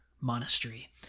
monastery